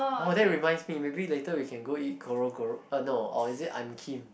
orh that reminds me maybe later we can go eat korokoro or no is it I'm Kim